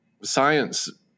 science